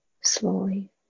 Slowly